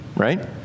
Right